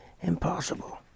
impossible